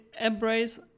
embrace